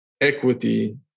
equity